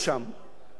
בדרך נורא פשוטה.